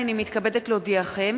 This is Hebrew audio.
הנני מתכבדת להודיעכם,